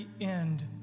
end